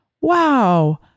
wow